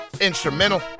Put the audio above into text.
instrumental